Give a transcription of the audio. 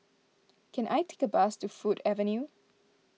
can I take a bus to Ford Avenue